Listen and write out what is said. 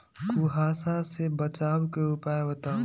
कुहासा से बचाव के उपाय बताऊ?